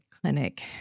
Clinic